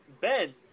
Ben